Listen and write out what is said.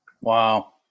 wow